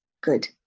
Good